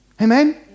amen